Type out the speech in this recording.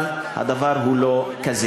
אבל הדבר הוא לא כזה.